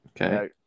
Okay